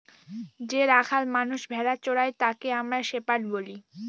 যে রাখাল মানষ ভেড়া চোরাই তাকে আমরা শেপার্ড বলি